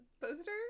poster